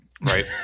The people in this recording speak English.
Right